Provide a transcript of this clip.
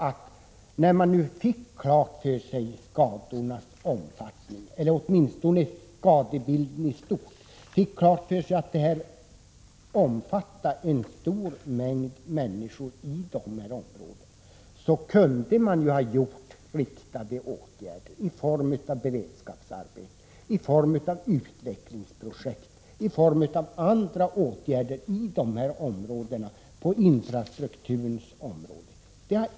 De här skadorna berör ju en stor mängd människor, och när regeringen nu i stora drag fick skadebilden klar för sig kunde den ha vidtagit riktade åtgärder i form av beredskapsarbete, utvecklingsprojekt och andra åtgärder i dessa bygder och på infrastrukturens område.